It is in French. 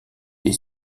des